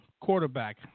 quarterback